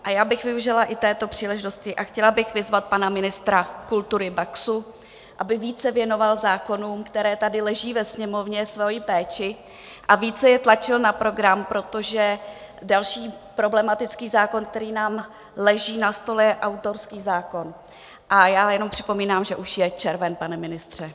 A já bych využila i této příležitosti a chtěla bych vyzvat pana ministra kultury Baxu, aby více věnoval zákonům, které tady leží ve Sněmovně, svoji péči a více je tlačil na program, protože další problematický zákon, který nám leží na stole, je autorský zákon, a já jenom připomínám, že už je červen, pane ministře.